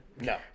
No